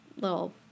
little